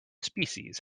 species